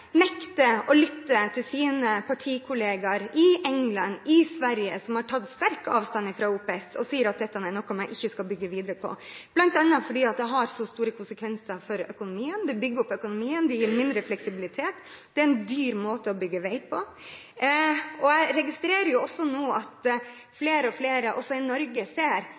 nekter å lytte til sine partikolleger i England og i Sverige som har tatt sterkt avstand fra OPS, og som sier at dette er noe man ikke skal bygge videre på, bl.a. fordi det får så store konsekvenser for økonomien. Det bygger opp økonomien, det gir mindre fleksibilitet, og det er en dyr måte å bygge vei på. Jeg registrerer at flere og flere også i Norge ser